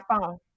phone